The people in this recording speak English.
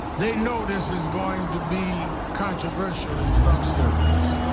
they know this is going to be controversial in some circles.